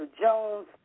Jones